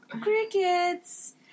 Crickets